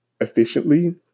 efficiently